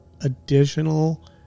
additional